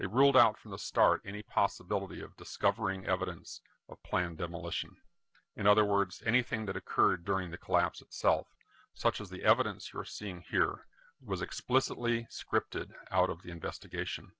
they ruled out from the start any possibility of discovering evidence of planned demolition in other words anything that occurred during the collapse itself such as the evidence you are seeing here was explicitly scripted out of the investigation